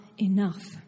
enough